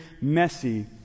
messy